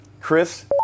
Chris